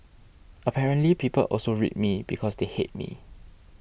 apparently people also read me because they hate me